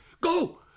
Go